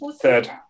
Third